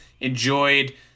enjoyed